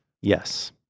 Yes